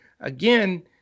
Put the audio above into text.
again